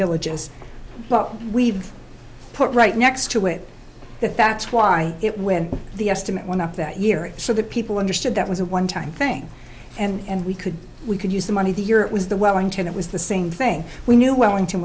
villages well we've put right next to it that that's why it went the estimate went up that year so that people understood that was a one time thing and we could we could use the money the year it was the wellington it was the same thing we knew wellington